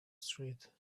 street